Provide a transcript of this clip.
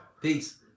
Peace